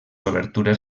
obertures